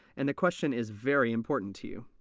and the question is very important to you.